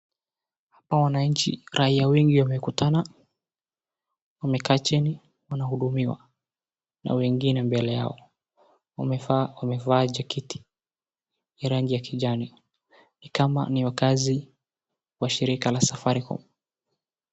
Hapa wanachi, raia wengi wamekutana, wamekaa chini wanahudumiwa na wengine mbele yao, wamevaa jaketi ya rangi ya kijani. Ni kama ni wakaazi wa shirika la safaricom.